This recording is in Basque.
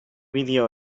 bideo